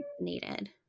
needed